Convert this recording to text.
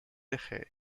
eje